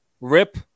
Rip